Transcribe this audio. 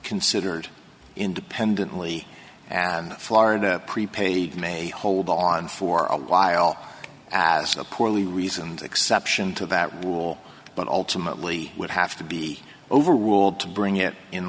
considered independently and florida prepaid may hold on for a while as a poorly reasoned exception to that rule but ultimately would have to be overruled to bring it in